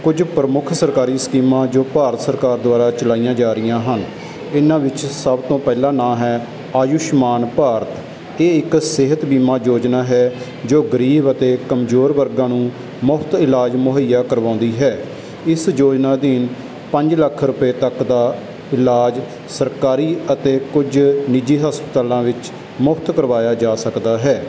ਕੁਝ ਪ੍ਰਮੁੱਖ ਸਰਕਾਰੀ ਸਕੀਮਾਂ ਜੋ ਭਾਰਤ ਸਰਕਾਰ ਦੁਆਰਾ ਚਲਾਈਆਂ ਜਾ ਰਹੀਆਂ ਹਨ ਇਨ੍ਹਾਂ ਵਿੱਚ ਸਭ ਤੋਂ ਪਹਿਲਾ ਨਾਂ ਹੈ ਆਯੂਸ਼ਮਾਨ ਭਾਰਤ ਇਹ ਇੱਕ ਸਿਹਤ ਬੀਮਾ ਯੋਜਨਾ ਹੈ ਜੋ ਗਰੀਬ ਅਤੇ ਕਮਜ਼ੋਰ ਵਰਗਾਂ ਨੂੰ ਮੁਫ਼ਤ ਇਲਾਜ ਮੁਹੱਈਆ ਕਰਵਾਉਂਦੀ ਹੈ ਇਸ ਯੋਜਨਾ ਅਧੀਨ ਪੰਜ ਲੱਖ ਰੁਪਏ ਤੱਕ ਦਾ ਇਲਾਜ ਸਰਕਾਰੀ ਅਤੇ ਕੁਝ ਨਿੱਜੀ ਹਸਪਤਾਲਾਂ ਵਿੱਚ ਮੁਫ਼ਤ ਕਰਵਾਇਆ ਜਾ ਸਕਦਾ ਹੈ